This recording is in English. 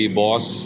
boss